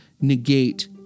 negate